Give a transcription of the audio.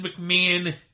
McMahon